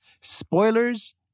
Spoilers